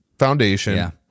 foundation